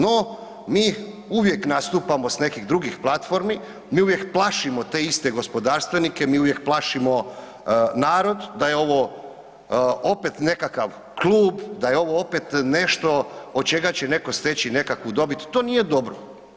No, mi uvijek nastupamo s nekih drugih platformi, mi uvijek plašimo te iste gospodarstvenike, mi uvijek plašimo narod da je ovo opet nekakav klub, da je ovo opet nešto od čega će netko steći nekakvu dobit, to nije dobro.